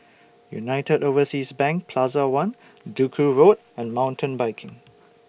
United Overseas Bank Plaza one Duku Road and Mountain Biking